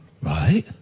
Right